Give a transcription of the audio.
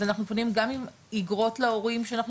אז אנחנו פונים גם עם אגרות להורים שאנחנו